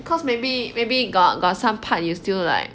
because maybe maybe got got some part you still like